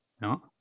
No